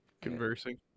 conversing